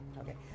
Okay